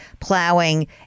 plowing